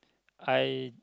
I